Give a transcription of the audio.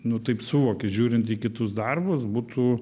nu taip suvoki žiūrint į kitus darbus būtų